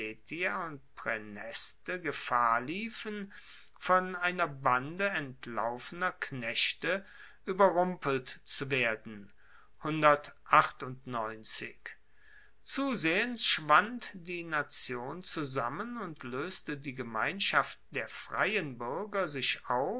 und praeneste gefahr liefen von einer bande entlaufener knechte ueberrumpelt zu werden zusehends schwand die nation zusammen und loeste die gemeinschaft der freien buerger sich